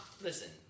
Listen